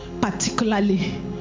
particularly